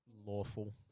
Lawful